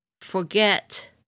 forget